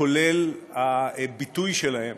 כולל הביטוי שלהם